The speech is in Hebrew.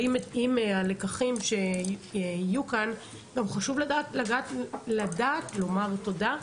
עם הלקחים שיהיו כאן גם חשוב לדעת לומר תודה.